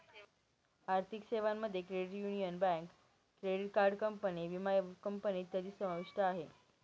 आर्थिक सेवांमध्ये credit union, bank, credit card company, विमा कंपनी इत्यादी समाविष्ट आहे